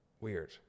weird